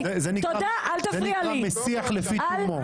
זה נקרא משיח לפי תומו.